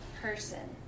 person